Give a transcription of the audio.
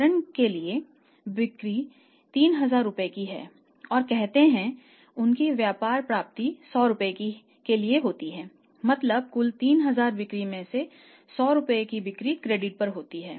उदाहरण के लिए बिक्री Rs3000 हैं और कहते हैं उनकी व्यापार प्राप्ति 100 रुपये के लिए होती है मतलब कुल 3000 बिक्री में से 100 रुपये की बिक्री क्रेडिट पर होती है